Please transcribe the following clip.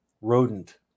rodent